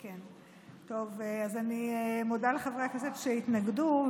אני מודה לחברי הכנסת שהתנגדו,